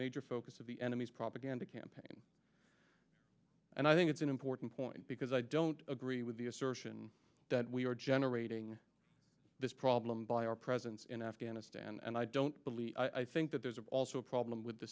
major focus of the enemy's propaganda campaign and i think it's an important point because i don't agree with the assertion that we are generating this problem by our presence in afghanistan and i don't believe i think that there's also a problem with the